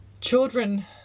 Children